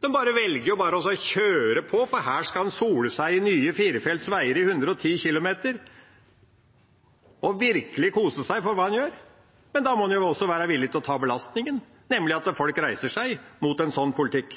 dem. Det ble bare kjørt videre. Etter hvert nådde det stadig flere, og det ble et sosialt opprør. Fremskrittspartiet velger bare å kjøre på, for her skal en sole seg i nye firefelts veier i 110 km/t og virkelig kose seg over det en gjør. Men da må en også være villig til å ta belastningen, nemlig at folk reiser seg mot en sånn politikk.